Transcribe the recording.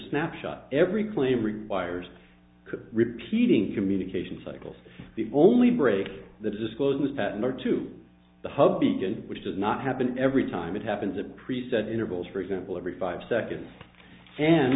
snapshot every claim requires repeating communication cycles the only break the discloses that more to the hub beat in which does not happen every time it happens a preset intervals for example every five seconds an